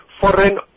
foreign